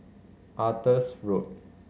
Arthur's Road